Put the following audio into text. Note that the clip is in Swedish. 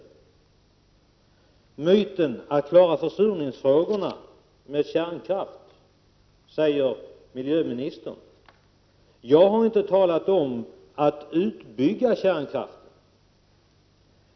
Det är omöjligt att klara försurningsfrågan med kärnkraft, säger miljöministern. Jag har inte talat om att utbygga kärnkraften.